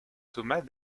thomas